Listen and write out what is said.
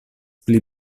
pli